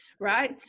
right